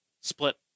split